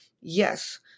yes